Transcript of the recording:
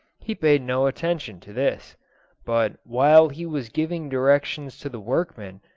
he paid no attention to this but while he was giving directions to the workmen,